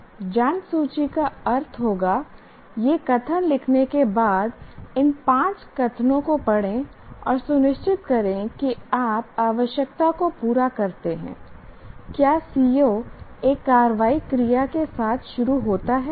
जांच सूची का अर्थ होगा यह कथन लिखने के बाद इन 5 कथनों को पढ़ें और सुनिश्चित करें कि आप आवश्यकता को पूरा करते हैं क्या CO एक कार्रवाई क्रिया के साथ शुरू होता है